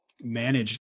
manage